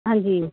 ਹਾਂਜੀ